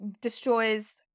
destroys